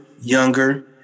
younger